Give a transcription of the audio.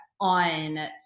on